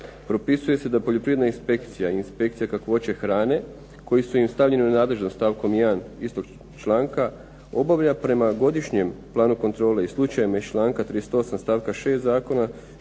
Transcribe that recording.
propisuje se da poljoprivredna inspekcija i inspekcija kakvoće hrane koji su im stavljeni u nadležnost stavkom 1. istog članka obavlja prema godišnjem planu kontrole i slučajevima iz članka 38. stavka 6. zakona što znači